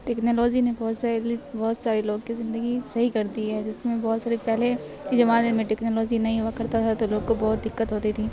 technology نے بہت سے بہت سارے لوگ کی زندگی صحیح کر دی ہے جس میں بہت سارے پہلے کے زمانے میں ٹیکنالوجی نہیں ہوا کرتا تھا تو لوگ کو بہت دقت ہوتی تھی